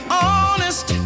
honest